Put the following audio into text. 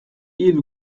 hil